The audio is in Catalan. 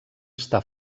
està